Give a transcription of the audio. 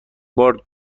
بار